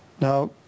Now